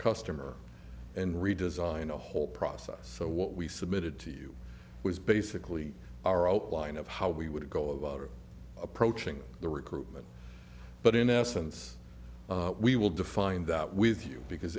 customer and redesign the whole process so what we submitted to you was basically our outline of how we would go about approaching the recruitment but in essence we will define that with you because